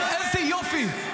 איזה יופי.